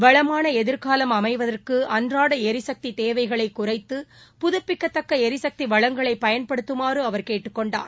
வளமானஎதிர்காலம் அமைவதற்குஅன்றாடளரிசக்திதேவைகளைகுறைத்து புதுப்பிக்கத்தக்களரிசக்திவளங்களைபயன்படுத்துமாறுஅவர் கேட்டுக்கொண்டார்